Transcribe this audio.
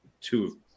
two